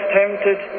tempted